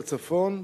בצפון,